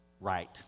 right